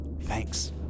Thanks